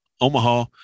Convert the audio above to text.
Omaha